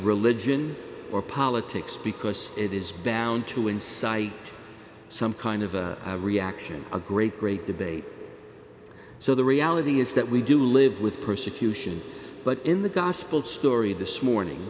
religion or politics because it is bound to incite some kind of a reaction a great great debate so the reality is that we do live with persecution but in the gospel story this morning